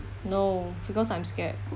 no because I'm scared